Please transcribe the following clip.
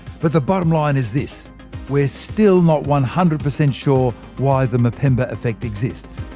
but the bottom line is this we're still not one hundred percent sure why the mpemba effect exists.